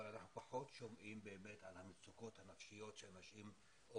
אבל אנחנו שומעים פחות על המצוקות הנפשיות שאנשים עוברים.